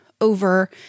over